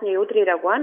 nejautriai reaguojam